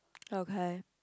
okay